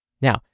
Now